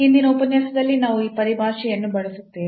ಇಂದಿನ ಉಪನ್ಯಾಸದಲ್ಲಿ ನಾವು ಆ ಪರಿಭಾಷೆಯನ್ನು ಬಳಸುತ್ತೇವೆ